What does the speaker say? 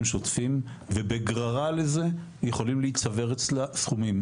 שוטפים ובגררה לזה יכולים להיווצר אצלה סכומים.